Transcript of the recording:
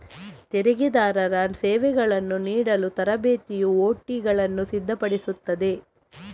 ತೆರಿಗೆದಾರರ ಸೇವೆಗಳನ್ನು ನೀಡಲು ತರಬೇತಿಯು ಒ.ಟಿಗಳನ್ನು ಸಿದ್ಧಪಡಿಸುತ್ತದೆ